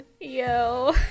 Yo